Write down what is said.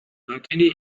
أعطني